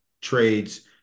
trades